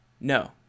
No